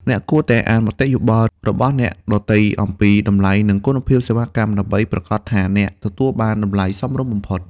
អ្នកគួរតែអានមតិយោបល់ របស់អ្នកដទៃអំពីតម្លៃ និងគុណភាពសេវាកម្ម ដើម្បីប្រាកដថាអ្នកទទួលបានតម្លៃសមរម្យបំផុត។